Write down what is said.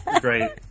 Great